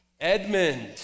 Edmund